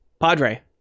Padre